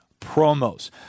promos